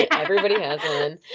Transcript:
everybody has and